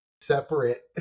Separate